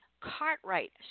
Cartwright